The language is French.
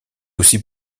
aussi